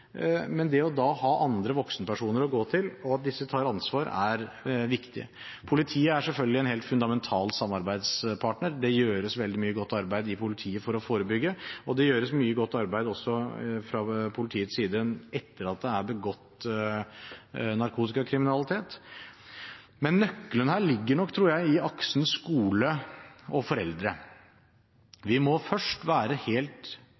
Det å ha andre voksenpersoner å gå til og at disse tar ansvar, er viktig. Politiet er selvfølgelig en helt fundamental samarbeidspartner. Det gjøres veldig mye godt arbeid i politiet for å forebygge, og det gjøres mye godt arbeid også fra politiets side etter at det er begått narkotikakriminalitet. Men nøkkelen her ligger nok, tror jeg, i aksen skole–foreldre. Vi må være